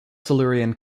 silurian